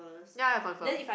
ya ya confirm